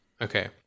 Okay